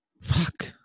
Fuck